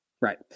Right